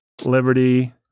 liberty